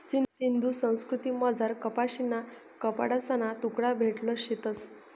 सिंधू संस्कृतीमझार कपाशीना कपडासना तुकडा भेटेल शेतंस